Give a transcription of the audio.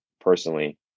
personally